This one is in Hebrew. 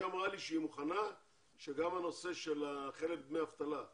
היא אמרה לי שהיא מוכנה שגם הנושא של חלף דמי אבטלה,